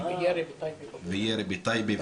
וירי בטייבה,